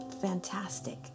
fantastic